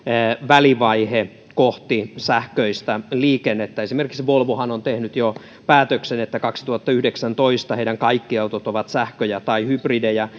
välivaihe kohti sähköistä liikennettä esimerkiksi volvohan on tehnyt jo päätöksen että kaksituhattayhdeksäntoista heidän kaikki autonsa ovat sähköjä tai hybridejä